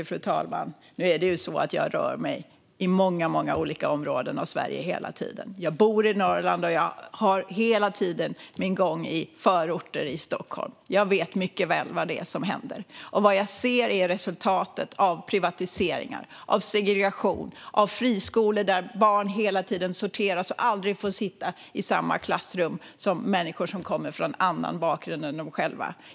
Fru talman! Nu är det ju så att jag hela tiden rör mig i många olika områden av Sverige. Jag bor i Norrland och har ofta min gång i förorter i Stockholm. Jag vet mycket väl vad det är som händer. Vad jag ser är resultatet av privatiseringar och segregation. Det finns friskolor där barn hela tiden sorteras och aldrig får sitta i samma klassrum som människor som kommer från annan bakgrund än de själva.